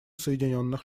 соединенных